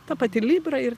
ta pati libra ir